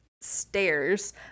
stairs